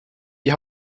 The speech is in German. die